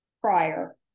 prior